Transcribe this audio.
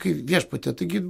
kai viešpatie taigi